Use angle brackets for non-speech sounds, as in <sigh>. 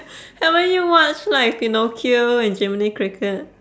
<laughs> haven't you watched like pinocchio and jiminy-cricket